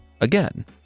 again